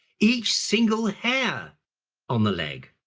each single hair on the leg.